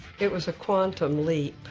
it was a quantum leap.